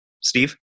Steve